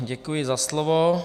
Děkuji za slovo.